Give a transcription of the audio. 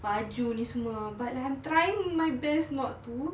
baju ni semua but I'm trying my best not to